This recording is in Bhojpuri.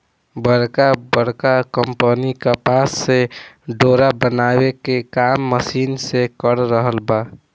बड़का बड़का कंपनी कपास से डोरा बनावे के काम मशीन से कर रहल बा